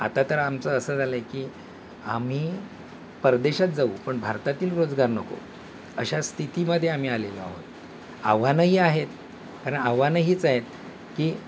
आता तर आमचं असं झालं आहे की आम्ही परदेशात जाऊ पण भारतातील रोजगार नको अशा स्थितीमध्ये आम्ही आलेलो आहोत आव्हानंही आहेत कारण आव्हानं हीच आहेत की